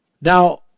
Now